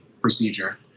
procedure